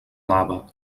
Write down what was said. alaba